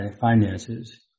finances